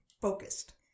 focused